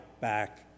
back